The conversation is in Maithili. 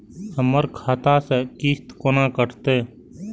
हमर खाता से किस्त कोना कटतै?